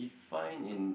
define in